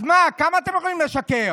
אז מה, כמה אתם יכולים לשקר?